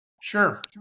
Sure